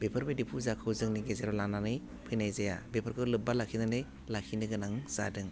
बेफोरबायदि फुजाखौ जोंनि गेजेराव लानानै फैनाय जाया बेफोरखौ लोब्बा लाखिनानै लाखिनो गोनां जादों